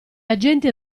agenti